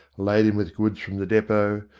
laden with goods from the depot,